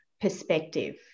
perspective